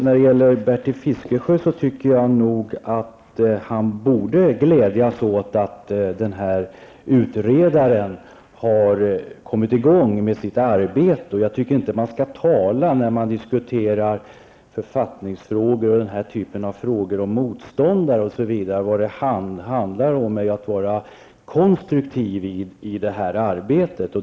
Fru talman! Jag tycker nog att Bertil Fiskesjö bör glädjas åt att utredaren har kommit i gång med sitt arbete. När man diskuterar författningsfrågor och den här typen av frågor bör man inte tala om motståndare osv. Vad det handlar om är att vara konstruktiv i arbetet.